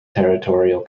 territorial